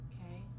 Okay